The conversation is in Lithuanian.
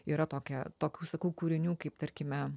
yra tokia tokių sakau kūrinių kaip tarkime